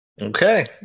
Okay